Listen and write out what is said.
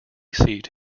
seat